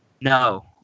No